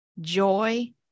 joy